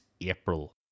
April